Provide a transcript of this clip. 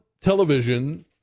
television